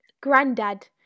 granddad